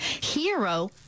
Hero